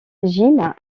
gilles